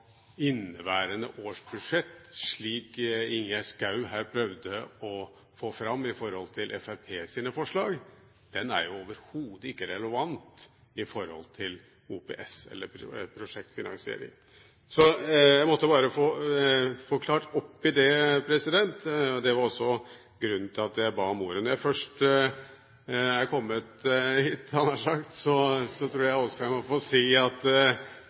inneværende års budsjett, slik Ingjerd Schou her prøvde å få fram i forhold til Fremskrittspartiets forslag, overhodet ikke er relevant i forhold til OPS eller prosjektfinansiering. Jeg måtte bare få klart opp i det. Det var også grunnen til at jeg ba om ordet. Når jeg først er kommet hit, hadde jeg nær sagt, tror jeg også jeg må få kommentere dette evinnelige med at